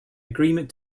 agreement